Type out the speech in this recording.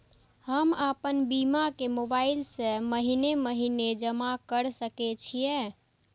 हम आपन बीमा के मोबाईल से महीने महीने जमा कर सके छिये?